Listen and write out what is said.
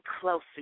closer